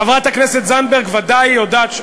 חברת הכנסת זנדברג ודאי יודעת,